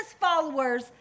followers